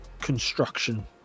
construction